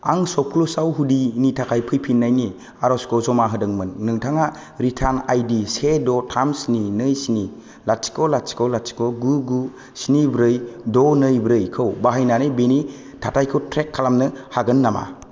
आं सक्लुसाव हुडिनि थाखाय फैफिननायनि आर'जखौ जमा होदोंमोन नोंथाङा रिटार्न आइडि से द' थाम स्नि नै स्नि लाथिख' लाथिख' लाथिख' गु गु स्नि ब्रै द' नै ब्रै खौ बाहायनानै बेनि थाखायखौ ट्रेक खालामनो हागोन नामा